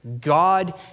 God